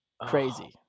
Crazy